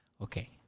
Okay